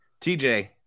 TJ